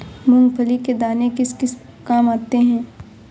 मूंगफली के दाने किस किस काम आते हैं?